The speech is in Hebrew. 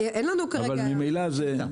אבל ממילא זה...